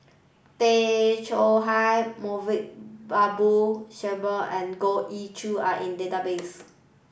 Tay Chong Hai Moulavi Babu Sahib and Goh Ee Choo are in database